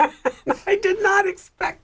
i did not expect